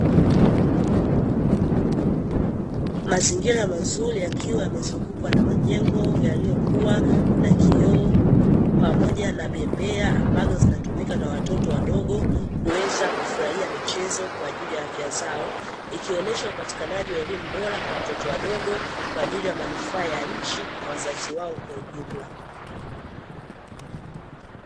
Mazingira mazuri yakiwa yamezungukwa na majengo yaliyokuwa na kioo pamoja na bembea, ambazo zinatumika na watoto wadogo kuweza kufurahia michezo kwa ajili ya afya zao, ikionesha upatikanaji wa elimu bora kwa watoto wadogo kwa ajili ya manufaa ya nchi na wazazi wao kwa ujumla.